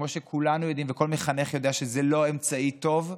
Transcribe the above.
כמו שכולנו יודעים וכל מחנך יודע שזה לא אמצעי טוב,